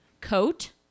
Coat